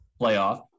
playoff